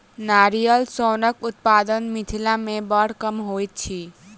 नारियल सोनक उत्पादन मिथिला मे बड़ कम होइत अछि